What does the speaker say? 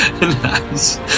Nice